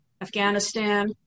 Afghanistan